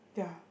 yeah